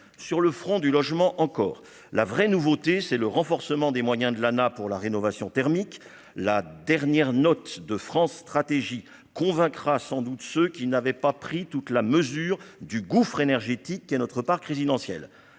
sur le front du logement encore la vraie nouveauté, c'est le renforcement des moyens de l'Lana pour la rénovation thermique, la dernière note de France Stratégie convaincra sans doute ce qui n'avait pas pris toute la mesure du gouffre énergétique qui est notre parc résidentiel